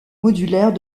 modulaire